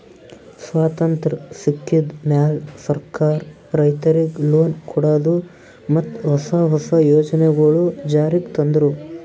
ಸ್ವತಂತ್ರ್ ಸಿಕ್ಕಿದ್ ಮ್ಯಾಲ್ ಸರ್ಕಾರ್ ರೈತರಿಗ್ ಲೋನ್ ಕೊಡದು ಮತ್ತ್ ಹೊಸ ಹೊಸ ಯೋಜನೆಗೊಳು ಜಾರಿಗ್ ತಂದ್ರು